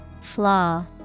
Flaw